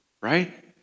right